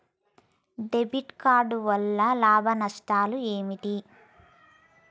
Debit card వల్ల లాభాలు నష్టాలు ఏమిటి?